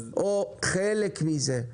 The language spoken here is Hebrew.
או חלק מזה.